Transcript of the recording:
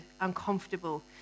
uncomfortable